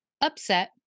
Upset